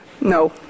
No